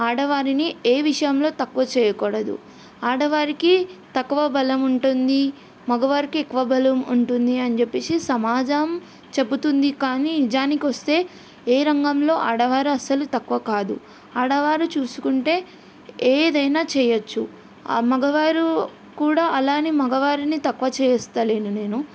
ఆడవారిని ఏ విషయంలో తక్కువ చేయకూడదు ఆడవారికి తక్కువ బలం ఉంటుంది మగవారికి ఎక్కువ బలం ఉంటుంది అని చెప్పేసి సమాజం చెబుతుంది కానీ నిజానికొస్తే ఏ రంగంలో ఆడవారు అసలు తక్కువ కాదు ఆడవారు చూసుకుంటే ఏదైనా చేయొచ్చు మగవారు కూడా అలా అని మగవారిని తక్కువ చెయ్యట్లేదు నేను